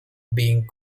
being